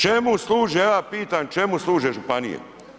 Čemu služe, ja pitam čemu služe županije?